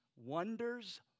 Wonders